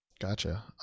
gotcha